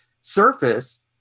surface